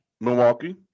Milwaukee